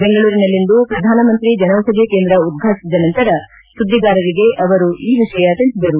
ಬೆಂಗಳೂರಿನಲ್ಲಿಂದು ಪ್ರಧಾನಮಂತ್ರಿ ಜನೌಷಧಿ ಕೇಂದ್ರ ಉದ್ವಾಟಿಸಿದ ನಂತರ ಸುದ್ದಿಗಾರರಿಗೆ ಅವರು ಈ ವಿಷಯ ತಿಳಿಸಿದರು